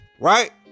Right